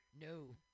No